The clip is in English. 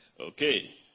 okay